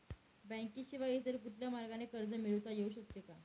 बँकेशिवाय इतर कुठल्या मार्गाने कर्ज मिळविता येऊ शकते का?